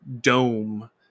dome